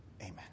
amen